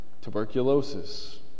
tuberculosis